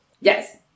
Yes